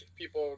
people